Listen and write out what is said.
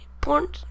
Porn